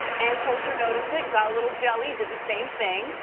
ann coulter noticed it, got a little jelly, did the same thing,